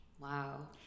Wow